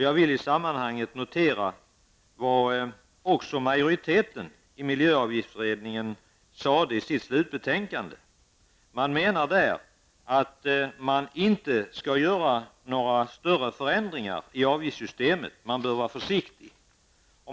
Jag vill i sammanhanget notera vad majoriteten i miljöavgiftsberedningen sade i sitt slutbetänkande. Man menar där att några större förändringar i avgiftssystemet inte skall göras. Man bör vara försiktig.